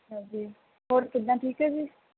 ਅੱਛਾ ਜੀ ਹੋਰ ਕਿਦਾਂ ਠੀਕ ਹੈ ਜੀ